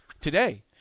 Today